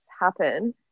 happen